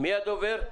מי הדובר?